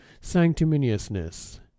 sanctimoniousness